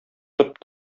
тып